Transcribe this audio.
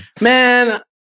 man